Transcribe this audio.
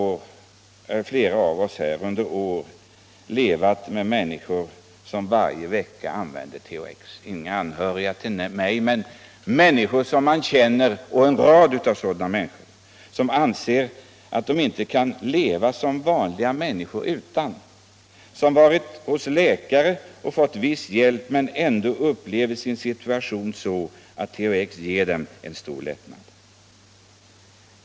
Flera av oss har under många år levat med människor som varje vecka använder THX. Det är inga anhöriga till mig som gör det men däremot en rad människor som jag känner. De anser att de inte kan leva som vanliga människor utan THX. De har varit hos läkare och fått viss hjälp men upplever ändå sin situation så, att THX ger dem en stor lättnad.